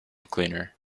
cleaner